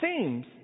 seems